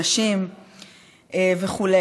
נשים וכו',